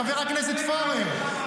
חבר הכנסת פורר,